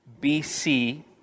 BC